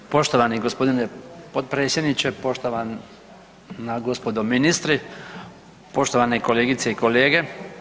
Poštovani gospodine potpredsjedniče, poštovana gospodo ministri, poštovane kolegice i kolege.